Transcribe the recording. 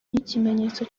nk’ikimenyetso